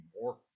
more